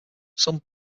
some